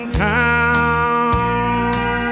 town